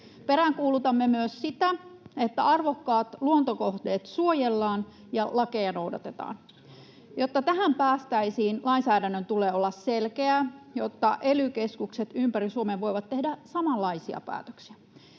Peräänkuulutamme myös sitä, että arvokkaat luontokohteet suojellaan ja lakeja noudatetaan. Jotta tähän päästäisiin, lainsäädännön tulee olla selkeää, jotta ely-keskukset ympäri Suomen voivat tehdä samanlaisia päätöksiä.